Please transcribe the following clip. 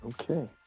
okay